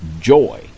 joy